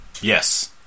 Yes